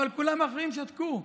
אבל האחרים שתקו,